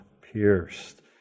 pierced